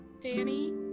Danny